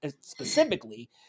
specifically